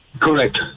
Correct